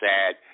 sad